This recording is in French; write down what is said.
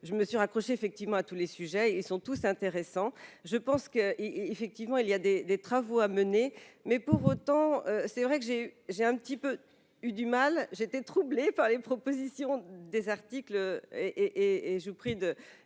je me suis accroché effectivement à tous les sujets, ils sont tous intéressants, je pense que il est effectivement il y a des des travaux à mener, mais pour autant, c'est vrai que j'ai, j'ai un petit peu eu du mal, j'étais troublé par les propositions des articles et et je vous prie de